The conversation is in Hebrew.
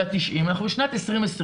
אנחנו כבר לא בשנות ה-80 וה-90.